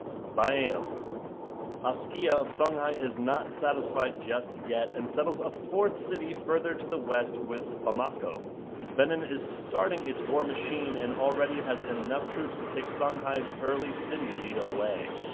byam askia of songhai is not satisfied just yet and settles a fourth city further to the west with bamako benin is starting its war machine and already has enough troops to take some highs early city lead away